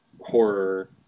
horror